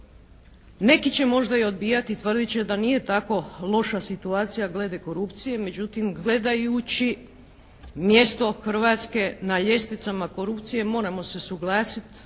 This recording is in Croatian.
Neki će možda i odbijati, tvrdit će da nije tako loša slika glede korupcije, međutim gledajući mjesto Hrvatske na ljestvicama korupcije moramo se suglasit